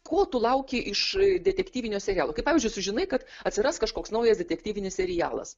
ko tu lauki iš detektyvinio serialo kaip pavyzdžiui sužinai kad atsiras kažkoks naujas detektyvinis serialas